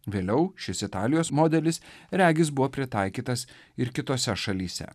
vėliau šis italijos modelis regis buvo pritaikytas ir kitose šalyse